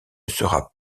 sera